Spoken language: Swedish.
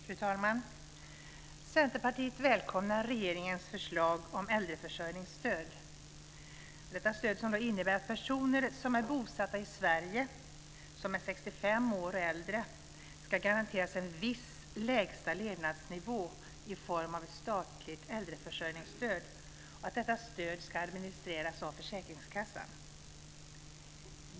Fru talman! Centerpartiet välkomnar regeringens förslag till äldreförsörjningsstöd. Detta stöd innebär att personer som är bosatta i Sverige och som är 65 år eller äldre ska garanteras en viss lägsta levnadsnivå i form av ett statligt äldreförsörjningsstöd och att detta stöd ska administreras av försäkringskassan.